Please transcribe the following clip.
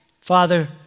Father